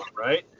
right